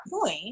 point